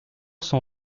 son